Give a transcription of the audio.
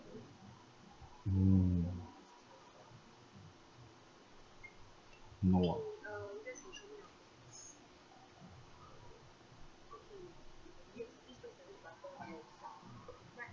mm no orh